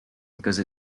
because